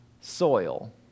soil